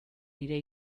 nire